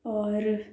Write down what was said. اور